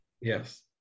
Yes